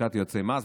לשכת יועצי המס.